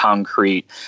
concrete